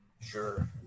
Sure